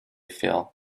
feel